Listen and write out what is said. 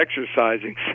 exercising